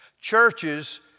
Churches